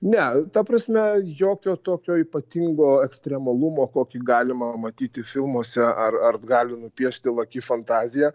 ne ta prasme jokio tokio ypatingo ekstremalumo kokį galima matyti filmuose ar ar gali nupiešti laki fantazija